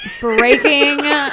breaking